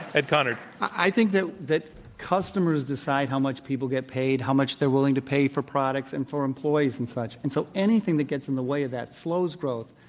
and conard. i think that that customers decide how much people get paid, how much they're willing to pay for products and for employees and such. and so, anything that gets in the way slows growth.